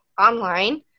online